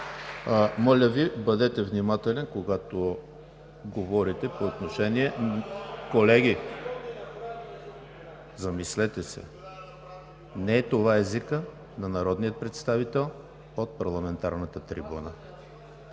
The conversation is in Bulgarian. Моля Ви, бъдете внимателен, когато говорите по отношение… (Реплики.) Колеги, замислете се! Не е това езикът на народния представител от парламентарната трибуна.